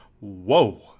whoa